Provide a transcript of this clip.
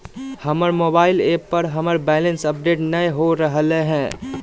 हमर mobile app पर हमर बैलेंस अपडेट नय हो रहलय हें